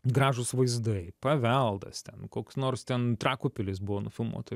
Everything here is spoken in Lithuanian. gražūs vaizdai paveldas ten koks nors ten trakų pilis buvo nufilmuota